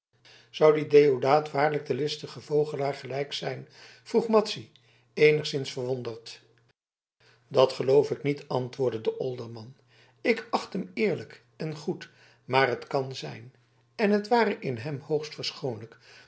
zou die deodaat waarlijk den listigen vogelaar gelijk zijn vroeg madzy eenigszins verwonderd dat geloof ik niet antwoordde de olderman ik acht hem eerlijk en goed maar het kan zijn en t ware in hem